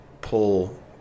pull